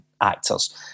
actors